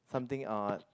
something uh